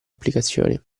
applicazioni